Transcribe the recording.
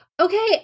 okay